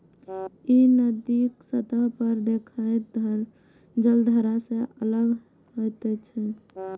ई नदीक सतह पर देखाइत जलधारा सं अलग होइत छै